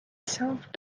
served